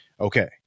Okay